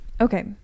Okay